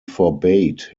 forbade